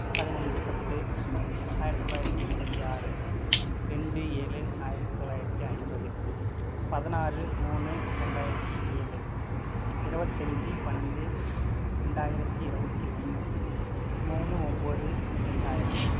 பதினஞ்சு பத்து ஆயிரத்தி தொள்ளாயிரத்தி எண்பத்தி ஆறு ரெண்டு ஏழு ஆயிரத்தி தொள்ளாயிரத்தி ஐம்பது பதினாறு மூணு ரெண்டாயிரத்தி ஏழு இருவத்தஞ்சி பன்னெண்டு ரெண்டாயிரத்தி இருவத்தி ஒன்று மூணு ஒம்பது ரெண்டாயிரம்